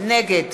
נגד